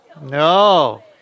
No